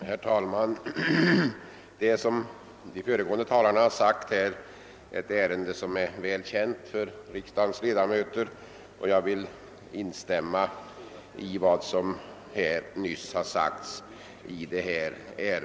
Herr talman! Som de föregående talarna sagt är detta ärende välkänt för riksdagens ledamöter. Jag vill instämma i vad de anfört.